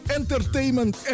entertainment